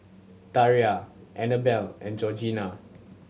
Tiara Annabelle and Georgina